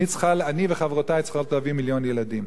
ואני וחברותי צריכות להביא מיליון ילדים.